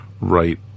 right